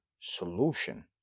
solution